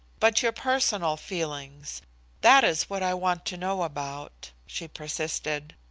but your personal feelings that is what i want to know about? she persisted.